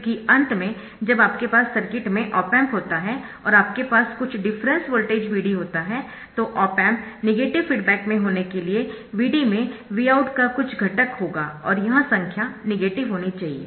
क्योंकि अंत में जब आपके पास सर्किट में ऑप एम्प होता है और आपके पास कुछ डिफरेंस वोल्टेज Vd होता है तो ऑप एम्प नेगेटिव फीडबैक में होने के लिए Vd में Vout का कुछ घटक होगा और यह संख्या नेगेटिव होनी चाहिए